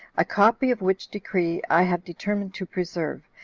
a copy of which decree i have determined to preserve,